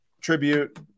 Tribute